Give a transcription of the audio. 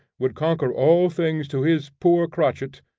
would conquer all things to his poor crotchet,